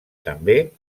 també